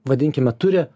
vadinkime turi